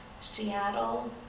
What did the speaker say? Seattle